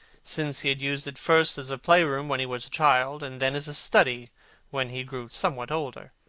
since he had used it first as a play-room when he was a child, and then as a study when he grew somewhat older.